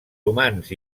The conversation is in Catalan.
humans